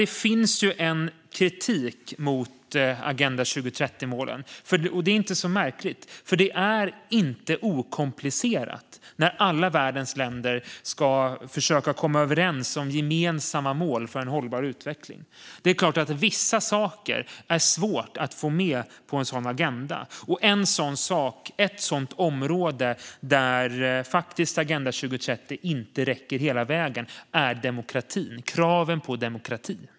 Det finns en kritik mot Agenda 2030-målen, och det är inte så märkligt. Det är inte okomplicerat när alla världens länder ska försöka komma överens om gemensamma mål för en hållbar utveckling. Det är klart att vissa saker är svåra att få med på en sådan agenda. Ett sådant område, där Agenda 2030 faktiskt inte räcker hela vägen, är kraven på demokrati.